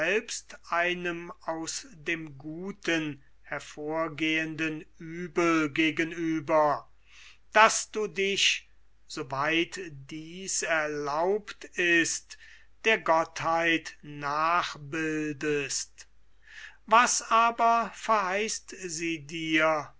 einem aus dem guten hervorgehenden uebel gegenüber daß du dich so weit dies erlaubt ist der gottheit nachbildest was verheißt sie dir